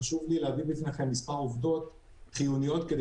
וחשוב לי להביא בפניכם מספר עובדות חיוניות כדי